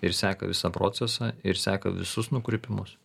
ir seka visą procesą ir seka visus nukrypimus